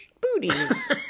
booties